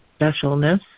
specialness